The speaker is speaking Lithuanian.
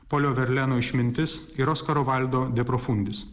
polio verleno išmintis ir oskaro vaildo de profundis